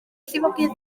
llifogydd